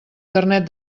carnet